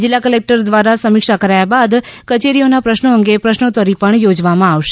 જીલ્લા કલેકટર દ્વારા સમીક્ષા કરાયા બાદ કચેરીઓના પ્રશ્નો અંગે પ્રશ્નોત્તરી પણ યોજવામાં આવશે